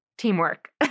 teamwork